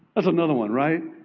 that's another one, right?